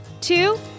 two